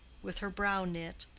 with her brow knit,